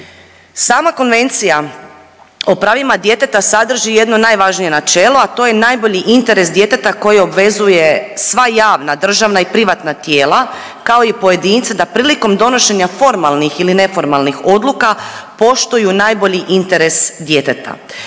Sama Konvencija o pravima djeteta sadrži jedno najvažnije načelo, a to je najbolji interes djeteta koji obvezuje sva javna, državna i privatna tijela, kao i pojedince da prilikom donošenja formalnih ili neformalnih odluka poštuju najbolji interes djeteta.